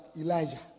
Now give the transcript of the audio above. Elijah